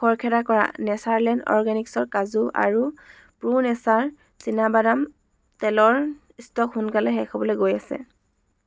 খৰখেদা কৰা নেচাৰলেণ্ড অৰগেনিক্ছৰ কাজু আৰু প্ৰো নেচাৰ চীনাবাদাম তেলৰ ষ্টক সোনকালে শেষ হ'বলৈ গৈ আছে